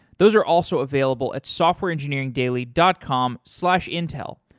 those are also available at softwareengineeringdaily dot com slash intel.